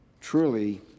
Truly